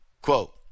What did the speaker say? Quote